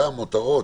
מותרות,